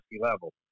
level